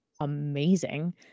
amazing